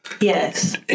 Yes